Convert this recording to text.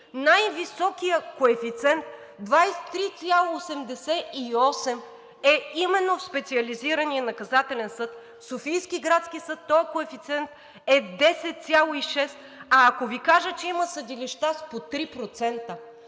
най-високият коефициент 23,88 е именно в Специализирания наказателен съд, в Софийския градски съд този коефициент е 10,6, а ако Ви кажа, че има съдилища с по 3%.